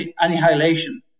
annihilation